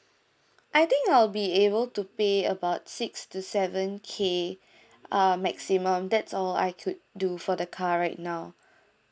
I think I'll be able to pay about six to seven K ah maximum that's all I could do for the car right now